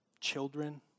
children